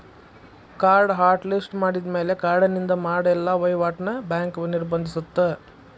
ಕಾರ್ಡ್ನ hot list ಮಾಡಿದ್ಮ್ಯಾಲೆ ಕಾರ್ಡಿನಿಂದ ಮಾಡ ಎಲ್ಲಾ ವಹಿವಾಟ್ನ ಬ್ಯಾಂಕ್ ನಿರ್ಬಂಧಿಸತ್ತ